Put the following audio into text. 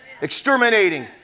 exterminating